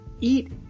eat